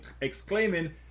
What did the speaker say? exclaiming